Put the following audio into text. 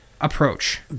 Approach